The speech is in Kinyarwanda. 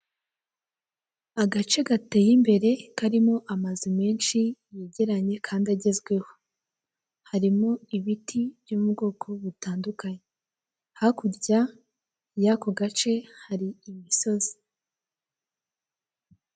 Agace gateye imbere karimo amazu menshi yegeranye kandi agezweho, harimo ibiti byo mu bwoko butandukanye hakurya y'ako gace hari imisozi.